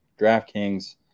DraftKings